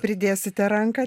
pridėsite ranką